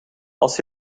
als